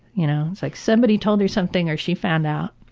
you know? it's like somebody told her something or she found out.